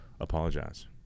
apologize